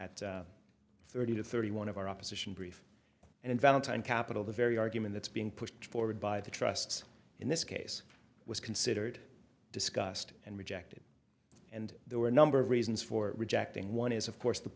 at thirty to thirty one of our opposition brief and in valentine capital the very argument that's being pushed forward by the trusts in this case was considered discussed and rejected and there were a number of reasons for rejecting one is of course the